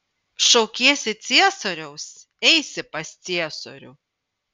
šaukiesi ciesoriaus eisi pas ciesorių